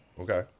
Okay